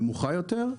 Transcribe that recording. נמוכה יותר.